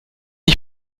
ich